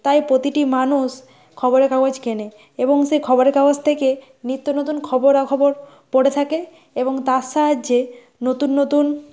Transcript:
তাই প্রতিটি মানুষ খবরের কাগজ কেনে এবং সেই খবরের কাগজ থেকে নিত্যনতুন খবরাখবর পড়ে থাকে এবং তার সাহায্যে নতুন নতুন